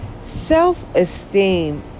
Self-esteem